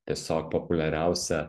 tiesiog populiariausia